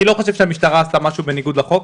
אני לא חושב שהמשטרה עשתה משהו בניגוד לחוק,